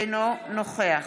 אינו נוכח